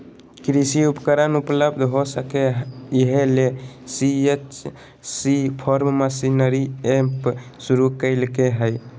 कृषि उपकरण उपलब्ध हो सके, इहे ले सी.एच.सी फार्म मशीनरी एप शुरू कैल्के हइ